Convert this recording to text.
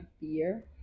beer